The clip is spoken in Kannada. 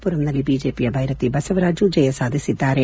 ಮರದಲ್ಲಿ ಬಿಜೆಪಿಯ ಬೈರತಿ ಬಸವರಾಜು ಜಯ ಸಾಧಿಸಿದ್ದಾರೆ